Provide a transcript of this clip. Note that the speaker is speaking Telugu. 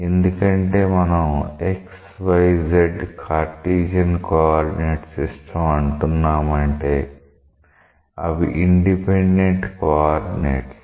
ఎందుకంటే మనం xyz కార్టీసియన్ కోఆర్డినేట్ సిస్టం అంటున్నామంటే అవి ఇండిపెండెంట్ కోఆర్డినేట్స్